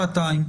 שעתיים,